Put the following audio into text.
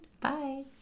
bye